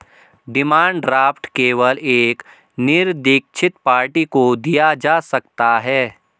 demand draft केवल एक निरदीक्षित पार्टी को दिया जा सकता है